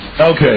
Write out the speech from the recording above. Okay